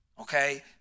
okay